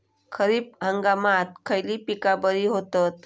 खरीप हंगामात खयली पीका बरी होतत?